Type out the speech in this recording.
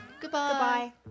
Goodbye